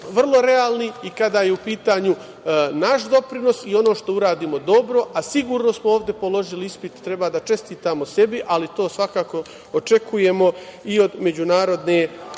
vrlo realni, i kada je u pitanju naš doprinos i ono što uradimo dobro, a sigurno smo ovde položili ispit i treba da čestitamo sebi, ali to svakako očekujemo i od međunarodne